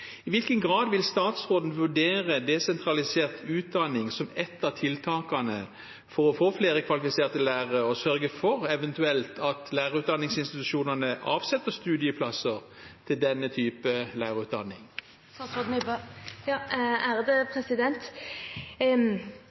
I hvilken grad vil statsråden vurdere desentralisert utdanning som et av tiltakene for å få flere kvalifiserte lærere og eventuelt sørge for at lærerutdanningsinstitusjonene avsetter studieplasser til denne